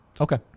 Okay